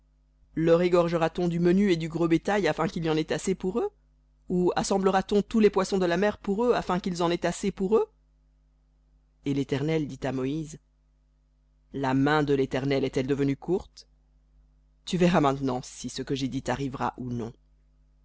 leur égorgera t on du menu et du gros bétail afin qu'il y en ait assez pour eux ou assemblera t on tous les poissons de la mer pour eux afin qu'il y en ait assez pour eux et l'éternel dit à moïse la main de l'éternel est-elle devenue courte tu verras maintenant si ce que j'ai dit t'arrivera ou non